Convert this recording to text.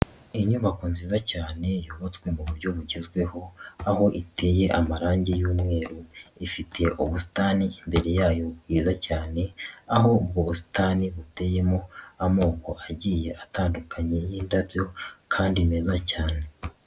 Inyubako nziza cyane yubatswe mu buryo bugezweho, aho iteye amarangi y'umweru ifite ubusitani imbere yayo bwiza cyane aho ubu busitani buteyemo amoko agiye atandukanye y'indabyo kandi meza cyane.